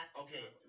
Okay